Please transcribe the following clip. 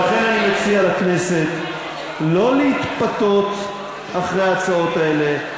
ולכן אני מציע לכנסת לא להתפתות אחרי ההצעות האלה,